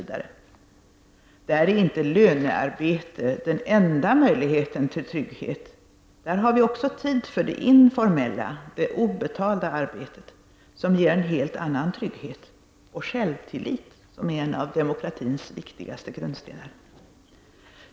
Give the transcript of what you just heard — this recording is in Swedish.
Där är inte lönearbete den enda möjligheten till trygghet; där har vi också tid för det informella, det obetalda arbetet, som ger en helt annan trygghet — och självtillit, som är en av demokratins viktigaste grundstenar.